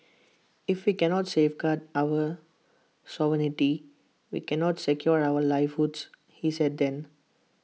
if we cannot safeguard our sovereignty we cannot secure our livelihoods he said then